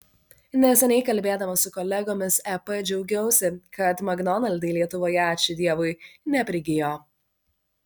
neseniai kalbėdama su kolegomis ep džiaugiausi kad makdonaldai lietuvoje ačiū dievui neprigijo